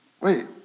wait